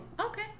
okay